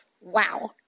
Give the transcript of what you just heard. wow